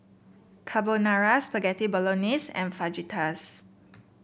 Carbonara Spaghetti Bolognese and Fajitas